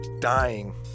dying